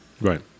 right